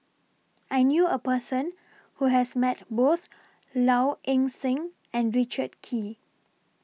I knew A Person Who has Met Both Low Ing Sing and Richard Kee